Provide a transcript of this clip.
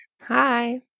Hi